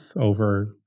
over